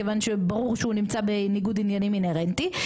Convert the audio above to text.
מכיוון שברור שהוא נמצא בניגוד עניינים אינהרנטי,